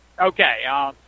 Okay